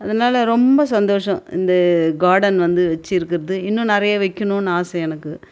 அதனால ரொம்ப சந்தோஷம் இந்த கார்டன் வந்து வைச்சிருக்கறது இன்னும் நிறைய வைக்கணுன்னு ஆசை எனக்கு